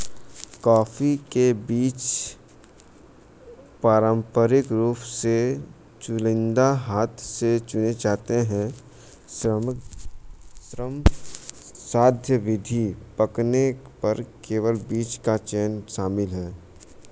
coffee के बीज पारंपरिक रूप से चुनिंदा हाथ से चुने जाते हैं, श्रमसाध्य विधि, पकने पर केवल बीज का चयन शामिल है